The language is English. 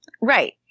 Right